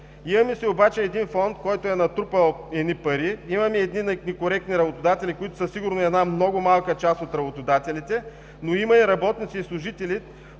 Имаме обаче фонд, който е натрупал пари, имаме некоректни работодатели, които са сигурно много малка част от работодателите, но има и работници и служители,